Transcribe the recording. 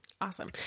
Awesome